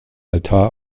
altar